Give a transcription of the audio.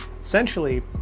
Essentially